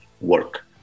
work